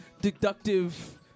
deductive